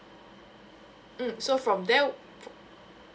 mm so from there